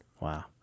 Wow